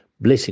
Blessing